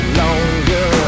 longer